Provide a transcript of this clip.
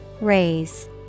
Raise